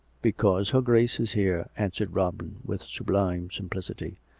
because her grace is here answered robin with sub lime simplicity.